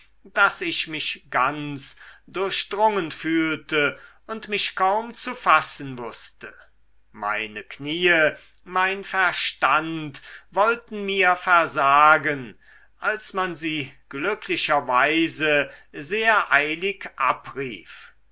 daß ich mich ganz durchdrungen fühlte und mich kaum zu fassen wußte meine kniee mein verstand wollten mir versagen als man sie glücklicherweise sehr eilig abrief